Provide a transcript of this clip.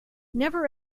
never